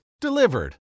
Delivered